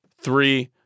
three